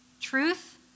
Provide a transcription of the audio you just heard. Truth